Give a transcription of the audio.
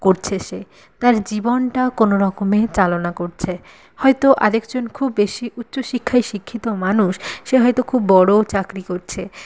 করছে সে তার জীবনটা কোনো রকমে চালনা করছে হয়তো আরেকজন খুব বেশি উচ্চ শিক্ষায় শিক্ষিত মানুষ সে হয়তো খুব বড় চাকরি করছে